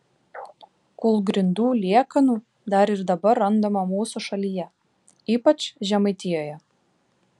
kūlgrindų liekanų dar ir dabar randama mūsų šalyje ypač žemaitijoje